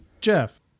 Jeff